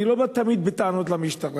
ואני לא תמיד בא בטענות למשטרה,